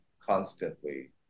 constantly